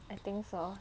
I think so